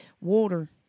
Water